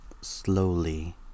slowly